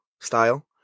style